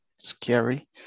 scary